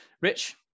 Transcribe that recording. rich